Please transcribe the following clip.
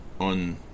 on